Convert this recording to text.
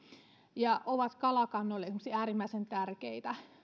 ja ovat kalakannoille esimerkiksi äärimmäisen tärkeitä